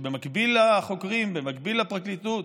שבמקביל לחוקרים, במקביל לפרקליטות,